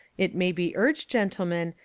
it may be urged, gentlemen,